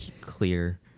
clear